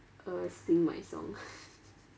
I want to sing my song